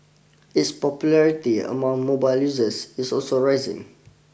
its popularity among mobile users is also rising